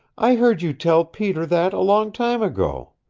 i heard you tell peter that a long time ago.